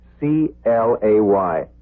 C-L-A-Y